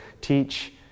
teach